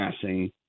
passing